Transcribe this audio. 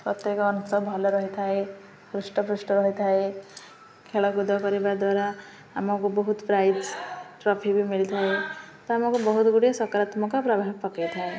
ପ୍ରତ୍ୟେକ ଅଂଶ ଭଲରେ ହେଇଥାଏ ହୃଷ୍ଟପୃଷ୍ଟ ରହିଥାଏ ଖେଳକୁଦ କରିବା ଦ୍ୱାରା ଆମକୁ ବହୁତ ପ୍ରାଇଜ୍ ଟ୍ରଫି ବି ମିଳିଥାଏ ତ ଆମକୁ ବହୁତ ଗୁଡ଼ିଏ ସକରାତ୍ମକ ପ୍ରଭାବ ପକାଇ ଥାଏ